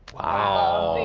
wow!